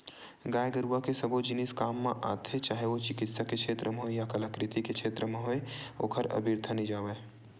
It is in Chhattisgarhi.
गाय गरुवा के सबो जिनिस काम म आथे चाहे ओ चिकित्सा के छेत्र म होय या कलाकृति के क्षेत्र म होय ओहर अबिरथा नइ जावय